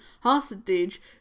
hostage